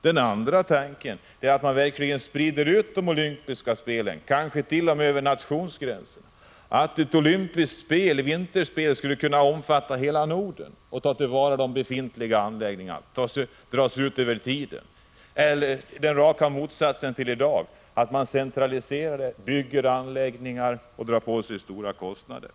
Den andra vägen är att man sprider ut de olympiska spelen, kansket.o.m. över nationsgränserna. Ett olympiskt vinterspel skulle t.ex. kunna omfatta hela Norden. På det sättet skulle man kunna utnyttja befintliga anläggningar i samtliga länder, och spelen skulle kunna läggas ut över en längre tid. Det skulle vara raka motsatsen till förhållandena sådana de är i dag, då man centraliserar spelen, bygger anläggningar och drar på sig stora kostnader.